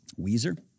Weezer